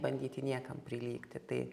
bandyti niekam prilygti tai